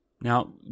Now